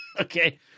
Okay